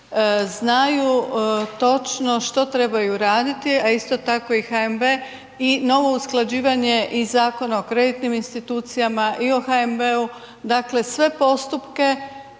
znaju točno što trebaju raditi a isto tako i HNB i novo usklađivanje i Zakona o kreditnim institucijama i o HNB-u, dakle sve postupke